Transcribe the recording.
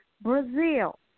Brazil